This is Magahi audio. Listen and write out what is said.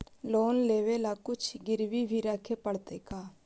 लोन लेबे ल कुछ गिरबी भी रखे पड़तै का?